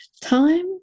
time